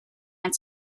and